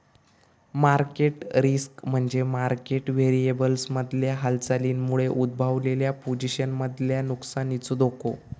market risk म्हणजे market व्हेरिएबल्समधल्या हालचालींमुळे उद्भवलेल्या पोझिशन्समधल्या नुकसानीचो धोको